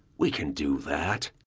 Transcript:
we can do that.